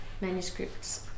manuscripts